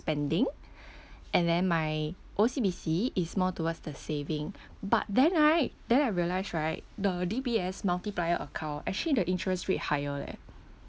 spending and then my O_C_B_C is more towards the saving but then right then I realise right the D_B_S multiplier account actually the interest rate higher leh